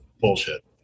Bullshit